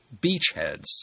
beachheads